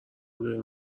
داریم